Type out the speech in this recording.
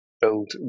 build